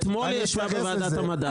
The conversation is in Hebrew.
אתמול היא ישבה בחדר ועדת המדע.